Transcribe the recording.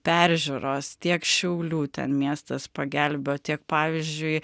peržiūros tiek šiaulių ten miestas pagelbėjo tiek pavyzdžiui